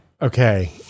Okay